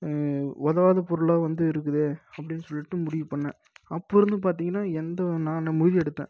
உதவாத பொருளாக வந்து இருக்குதே அப்படினு சொல்லிட்டு முடிவு பண்ணேன் அப்போது இருந்து பார்த்திங்கனா எந்த நான் முடிவு எடுத்தேன்